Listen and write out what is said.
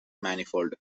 manifold